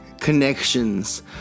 connections